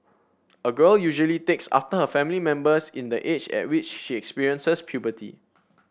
a girl usually takes after her family members in the age at which she experiences puberty